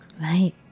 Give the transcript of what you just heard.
Right